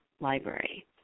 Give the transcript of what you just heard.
Library